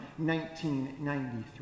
1993